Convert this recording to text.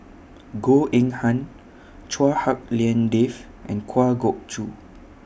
Goh Eng Han Chua Hak Lien Dave and Kwa Geok Choo